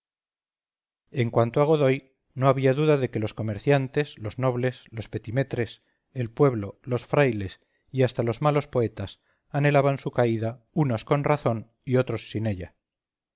en cuanto a godoy no había duda de que los comerciantes los nobles los petimetres el pueblo los frailes y hasta los malos poetas anhelaban su caída unos con razón y otros sin ella